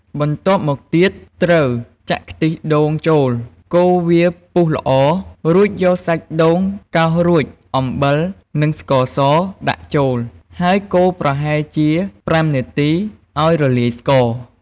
បន្ទាប់មកទៀតត្រូវចាក់ខ្ទិះដូងចូល កូរវាពុះល្អ រួចយកសាច់ដូងកោសរួច អំបិល និងស្ករសដាក់ចូល ហើយកូរប្រហែលជា ៥នាទីឱ្យរលាយស្ករ។